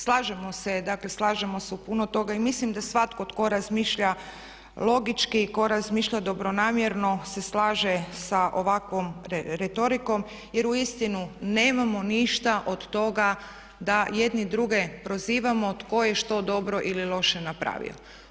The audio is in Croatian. Slažemo se, dakle slažemo se u puno toga i mislim da svatko tko razmišlja logički, tko razmišlja dobronamjerno se slaže sa ovakvom retorikom jer uistinu nemamo ništa od toga da jedni druge prozivamo tko je što dobro ili loše napravio.